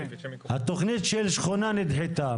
התכנית של שכונה נדחתה.